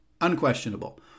Unquestionable